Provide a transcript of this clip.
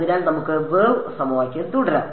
അതിനാൽ നമുക്ക് വേവ് സമവാക്യം തുടരാം